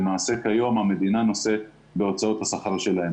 למעשה, כיום המדינה נושאת בהוצאות השכר שלהם.